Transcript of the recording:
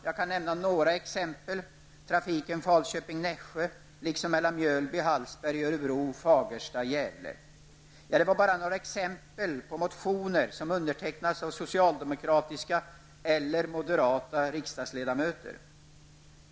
Jag kan nämna några exempel: trafiken Ja, det var bara några exempel på motioner som undertecknats av socialdemokratiska eller moderata riksdagsledamöter.